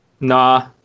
Nah